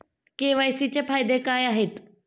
KYC चे फायदे काय आहेत?